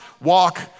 walk